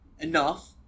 Enough